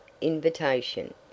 invitation